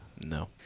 No